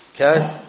Okay